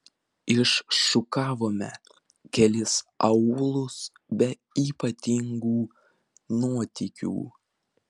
iššukavome kelis aūlus be ypatingų nuotykių